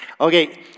Okay